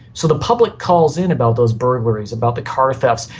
so the public calls in about those burglaries, about the car thefts,